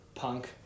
Punk